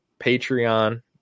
Patreon